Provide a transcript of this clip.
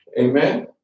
Amen